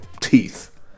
teeth